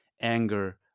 anger